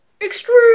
Extreme